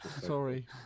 Sorry